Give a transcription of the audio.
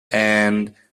and